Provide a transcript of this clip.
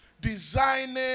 designing